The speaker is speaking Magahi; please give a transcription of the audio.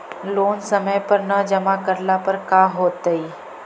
लोन समय पर न जमा करला पर का होतइ?